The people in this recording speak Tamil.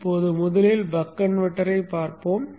இப்போது முதலில் பக் கன்வெர்ட்டரைப் பார்ப்போம்